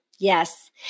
Yes